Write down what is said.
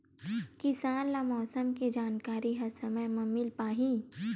किसान ल मौसम के जानकारी ह समय म मिल पाही?